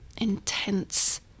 intense